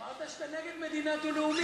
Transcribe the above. אמרת שאתה נגד מדינה דו-לאומית.